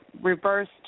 reversed